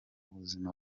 buzima